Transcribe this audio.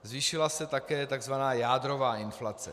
Zvýšila se také takzvaná jádrová inflace.